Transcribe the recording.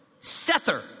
Sether